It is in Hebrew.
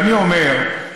ואני אומר,